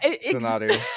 scenario